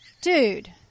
dude